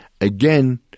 again